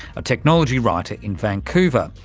a technology writer in vancouver.